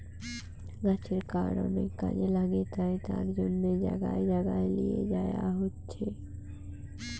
গাছের কাঠ অনেক কাজে লাগে তাই তার জন্যে জাগায় জাগায় লিয়ে যায়া হচ্ছে